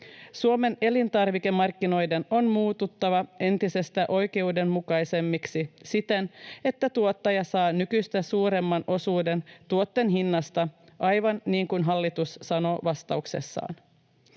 Suomen elintarvikemarkkinoiden on muututtava entistä oikeudenmukaisemmiksi siten, että tuottaja saa nykyistä suuremman osuuden tuotteen hinnasta, aivan niin kuin hallitus sanoo vastauksessaan.